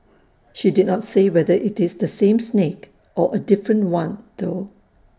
she did not say whether IT is the same snake or A different one though